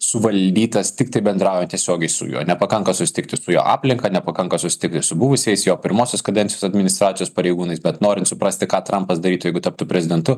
suvaldytas tiktai bendraujant tiesiogiai su juo nepakanka susitikti su jo aplinka nepakanka susitikti su buvusiais jo pirmosios kadencijos administracijos pareigūnais bet norint suprasti ką trampas darytų jeigu taptų prezidentu